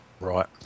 Right